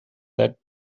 that